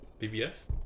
BBS